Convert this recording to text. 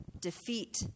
defeat